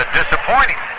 disappointing